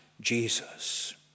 Jesus